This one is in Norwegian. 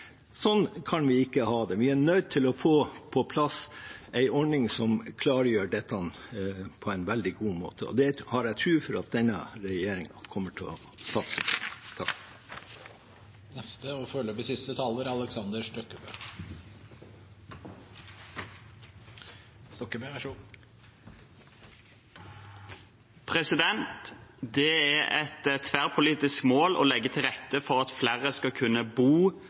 Sånn kan vi ikke ha det. Vi er nødt til å få på plass en ordning som klargjør dette på en veldig god måte, og det har jeg tro på at denne regjeringen kommer ti å satse på. Det er et tverrpolitisk mål å legge til rette for at flere skal kunne bo